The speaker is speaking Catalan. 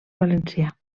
valencià